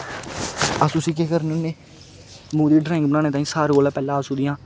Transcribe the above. अस उसी केह् करने होन्ने मूंह् दी ड्रांइग बनाने ताहीं सारे कोला पैह्ले अस ओहदियां